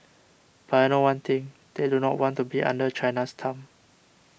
but I know one thing they do not want to be under China's thumb